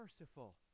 merciful